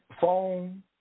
phone